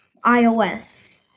ios